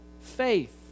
faith